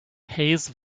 hayes